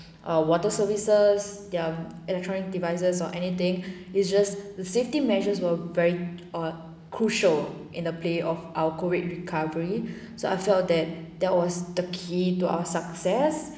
uh water services their electronic devices or anything it's just the safety measures were very ah crucial in the play of our COVID recovery so I felt that that was the key to our success